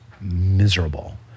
miserable